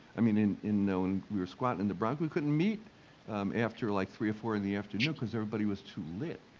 i mean in in knowing we were squatting in the bronx, we couldn't meet after like three or four in the afternoon because everybody was too lit,